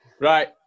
right